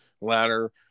ladder